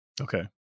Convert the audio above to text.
Okay